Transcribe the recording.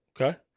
Okay